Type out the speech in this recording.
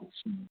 अच्छा